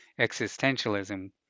existentialism